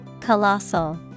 Colossal